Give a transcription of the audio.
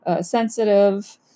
sensitive